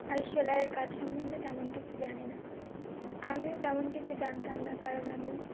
আর সেলাইয়ের কাজ সম্বন্ধে তেমন কিছু জানি না আমিও তেমন কিছু জানতাম না কারণ আমি